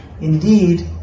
Indeed